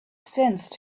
sensed